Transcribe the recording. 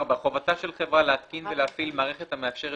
"(4)חובתה של חברה להתקין ולהפעיל מערכת המאפשרת